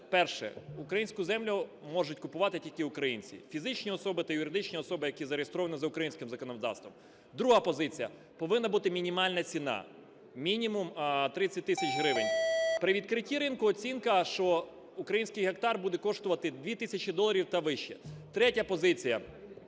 Перше. Українську землю можуть купувати тільки українці, фізичні особи та юридичні особи, які зареєстровані за українським законодавством. Друга позиція. Повинна бути мінімальна ціна, мінімум 30 тисяч гривень. При відкритті ринку оцінка, що український гектар буде коштувати 2 тисячі доларів та вище. Третя позиція.